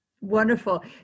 Wonderful